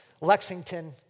Lexington